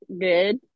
good